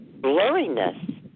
Blurriness